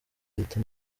leta